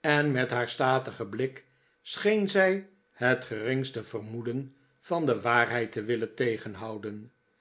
en met haar statigen blik scheen zij het geringste vermoeden van de waarheid te willen tegenhouden